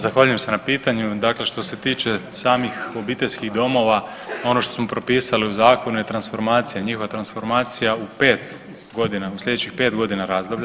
Zahvaljujem se na pitanju, dakle što se tiče samih obiteljskih domova ono što smo propisali u zakonu je transformacija, njihova transformacija u 5 godina, u slijedećih 5 godina razdoblja.